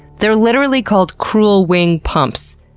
they're literally called, cruel wing pumps.